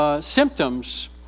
symptoms